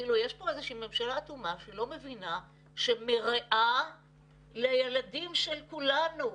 יש פה איזושהי ממשלה אטומה שלא מבינה שמרעה לילדים של כולנו,